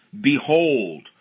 Behold